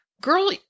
girl